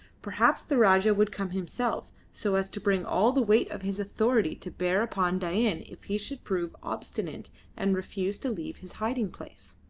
perhaps the rajah would come himself, so as to bring all the weight of his authority to bear upon dain if he should prove obstinate and refuse to leave his hiding-place.